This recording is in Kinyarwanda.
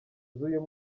z’uyu